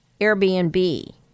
Airbnb